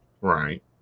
Right